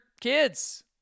kids